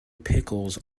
pickles